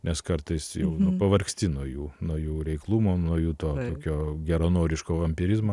nes kartais jau pavargsti nuo jų nuo jų reiklumo nuo jų tokio geranoriško vampyrizmo